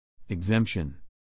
.exemption